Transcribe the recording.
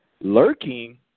Lurking